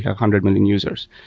hundred million users.